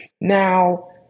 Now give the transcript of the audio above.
Now